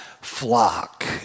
flock